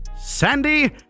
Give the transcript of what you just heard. Sandy